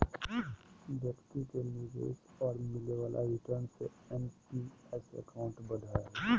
व्यक्ति के निवेश और मिले वाले रिटर्न से एन.पी.एस अकाउंट बढ़ो हइ